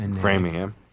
Framingham